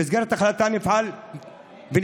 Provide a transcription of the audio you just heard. במסגרת ההחלטה נפעל ונתקן,